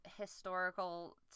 historical